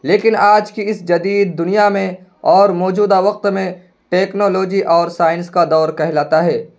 لیکن آج کی اس جدید دنیا میں اور موجودہ وقت میں ٹیکنالوجی اور سائنس کا دور کہلاتا ہے